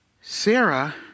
Sarah